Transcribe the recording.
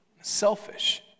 selfish